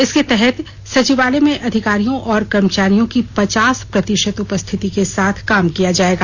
इसके तहत सचिवालय में अधिकारियों और कर्मचारियों की पचास प्रतिशत उपस्थिति के साथ काम किया जाएगा